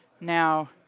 Now